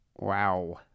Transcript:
wow